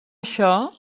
això